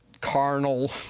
carnal